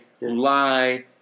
lie